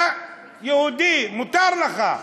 אתה יהודי, מותר לך.